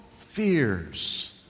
fears